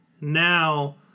Now